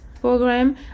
program